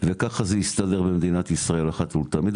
וככה זה יסתדר במדינת ישראל אחת ולתמיד,